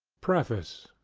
preface